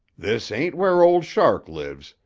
this ain't where old shark lives,